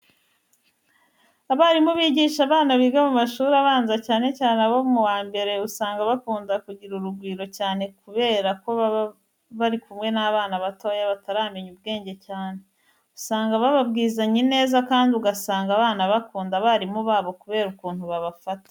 Abarimu bigisha abana biga mu mashuri abanza, cyane cyane abo mu wa mbere usanga bakunda kugira urugwiro cyane kubera ko baba bari kumwe n'abana batoya bataramenya ubwenge cyane. Usanga bababwizanya ineza kandi ugasanga abana bakunda abarimu babo kubera ukuntu babafata.